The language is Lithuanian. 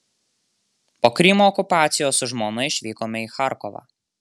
po krymo okupacijos su žmona išvykome į charkovą